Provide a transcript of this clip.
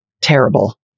terrible